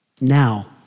now